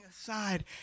aside